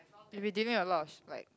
they redeeming a lot of like